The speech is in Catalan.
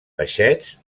peixets